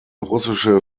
russische